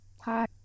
hi